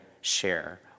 share